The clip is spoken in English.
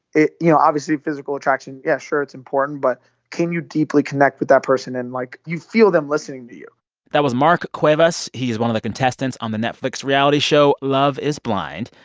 you know, obviously physical attraction. yeah. sure. it's important. but can you deeply connect with that person? and, like, you feel them listening to you that was mark cuevas. he is one of the contestants on the netflix reality show love is blind.